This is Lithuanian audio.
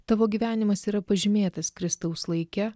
tavo gyvenimas yra pažymėtas kristaus laike